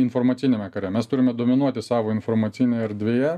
informaciniame kare mes turime dominuoti savo informacinėj erdvėje